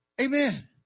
Amen